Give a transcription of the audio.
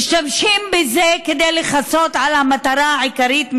היא משתמשת בזה כדי לכסות על המטרה העיקרית.